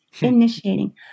initiating